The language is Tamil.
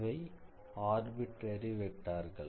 இவை ஆர்பிட்டரி வெக்டார்கள்